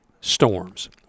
storms